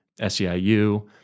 SEIU